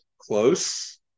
close